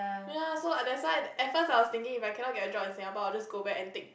ya so th~ that's why at first I was thinking if I cannot find a job in Singapore I'll just go back and take